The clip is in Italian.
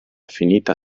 finita